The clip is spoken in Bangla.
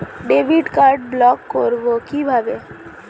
ডেবিট কার্ড ব্লক করব কিভাবে?